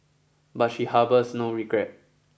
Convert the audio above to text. but she harbours no regret